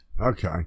Okay